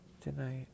tonight